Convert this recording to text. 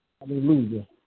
Hallelujah